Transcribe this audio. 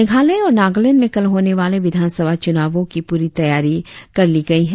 मेघालय और नगालैंड में कल होने वाले विधानसभा चुनावों की पूरी तैयारी कर ली गई है